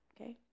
Okay